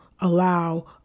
allow